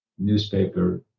Newspaper